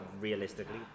realistically